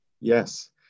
yes